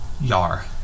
Yar